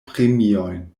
premiojn